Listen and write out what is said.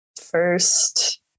first